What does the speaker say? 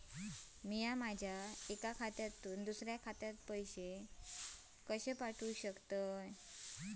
मी माझ्या एक्या खात्यासून दुसऱ्या खात्यात पैसे कशे पाठउक शकतय?